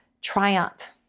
triumph